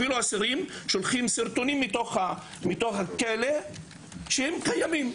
אפילו אסירים שולחים סרטונים מתוך הכלא שהם קיימים,